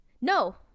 No